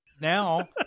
Now